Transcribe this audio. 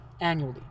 annually